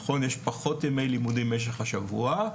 יש פחות ימי לימודים במשך השבוע,